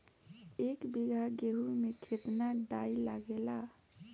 एक बीगहा गेहूं में केतना डाई लागेला?